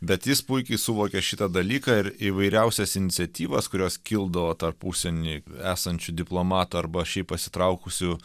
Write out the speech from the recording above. bet jis puikiai suvokia šitą dalyką ir įvairiausias iniciatyvas kurios kildavo tarp užsieny esančių diplomatų arba šiaip pasitraukusių